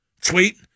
tweet